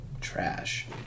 Trash